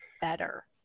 better